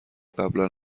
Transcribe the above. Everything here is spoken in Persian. قبلا